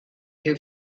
who